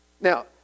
Now